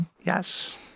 Yes